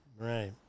Right